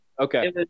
Okay